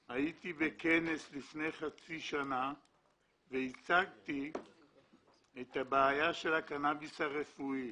לפני חצי שנה הייתי בכנס והצגתי את הבעיה של הקנאביס הרפואי.